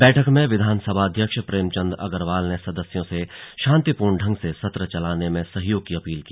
बैठक में विधानसभा अध्यक्ष प्रेमचंद अग्रवाल ने सदस्यों से शांतिपूर्ण ढंग से सत्र चलाने में सहयोग की अपील की